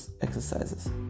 exercises